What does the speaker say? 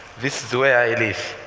this is where i live.